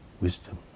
wisdom